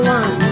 one